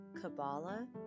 Kabbalah